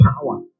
Power